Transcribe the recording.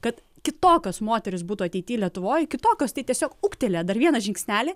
kad kitokios moterys būtų ateity lietuvoj kitokios tai tiesiog ūgtelėjo dar vieną žingsnelį